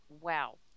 wow